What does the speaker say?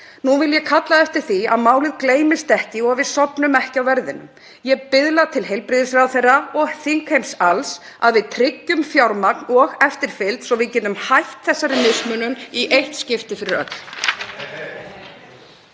Nú vil ég kalla eftir því að málið gleymist ekki og að við sofnum ekki á verðinum. Ég biðla til heilbrigðisráðherra og þingheims alls að við tryggjum fjármagn og eftirfylgd svo við getum hætt þessari mismunun í eitt skipti fyrir öll.